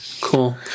Cool